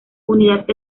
unidad